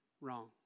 wrong